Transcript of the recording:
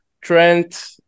Trent